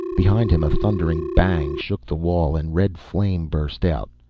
behind him a thundering bang shook the wall and red flame burst out.